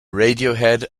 radiohead